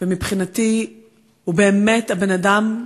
ומבחינתי הוא באמת הבן-אדם,